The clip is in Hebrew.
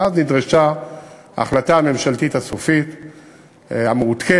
ואז נדרשה ההחלטה הממשלתית הסופית המעודכנת.